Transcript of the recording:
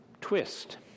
twist